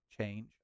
change